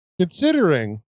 Considering